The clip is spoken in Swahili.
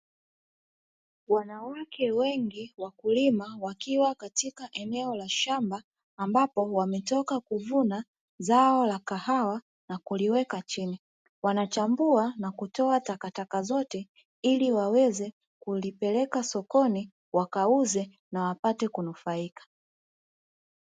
Wanawake wengi wakulima wakiwa katika eneo la shamba ambapo wametoka kuvuna zao la kahawa na kuliweka chini, wanachambua na kutoa takataka zoote ili waweze kulipeleka sokoni wakauze na wapate kunufaika.